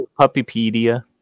Puppypedia